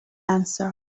answer